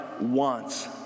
wants